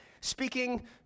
speaking